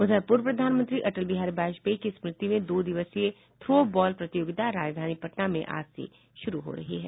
उधर पूर्व प्रधानमंत्री अटल बिहारी वाजपेयी की स्मृति में दो दिवसीय थ्रो बॉल प्रतियोगिता राजधानी पटना में आज से शुरू हो रही है